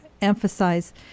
emphasize